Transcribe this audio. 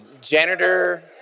janitor